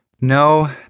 No